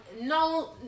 no